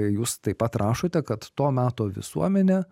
jūs taip pat rašote kad to meto visuomenė